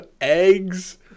eggs